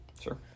Sure